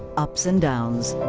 ups and downs.